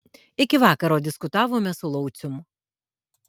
iki vakaro diskutavome su laucium